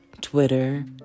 Twitter